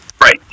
Right